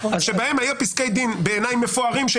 שבהם היו פסקי דין בעיניי מפוארים של